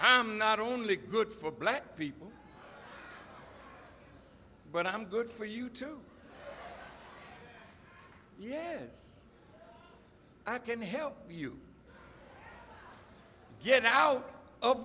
i'm not only good for black people but i'm good for you too yes i can help you get out of